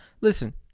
listen